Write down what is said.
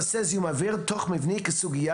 נושא זיהום האוויר התוך מבני כסוגייה